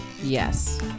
Yes